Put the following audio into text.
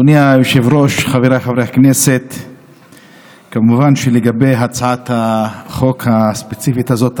אנחנו מבקשים כמובן שחברי הכנסת כולם יצביעו ויתמכו בהצעת החוק הזו.